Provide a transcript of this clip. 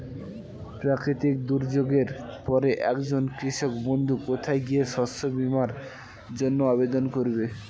প্রাকৃতিক দুর্যোগের পরে একজন কৃষক বন্ধু কোথায় গিয়ে শস্য বীমার জন্য আবেদন করবে?